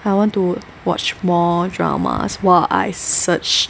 I want to watch more dramas while I search